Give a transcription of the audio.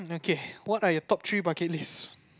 okay what are your top three bucket list